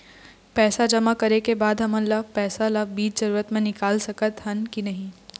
पैसा जमा करे के बाद हमन पैसा ला बीच जरूरत मे निकाल सकत हन की नहीं?